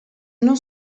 non